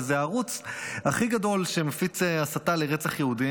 שזה הערוץ הכי גדול שמפיץ הסתה לרצח יהודים,